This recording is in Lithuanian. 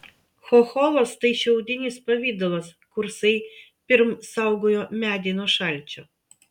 chocholas tai šiaudinis pavidalas kursai pirm saugojo medį nuo šalčio